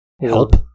help